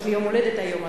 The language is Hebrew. יש לי יום-הולדת היום,